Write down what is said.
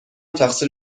تقصیر